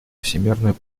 всемерную